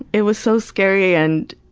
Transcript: it was so scary and,